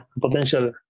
potential